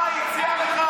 איפה הייתם,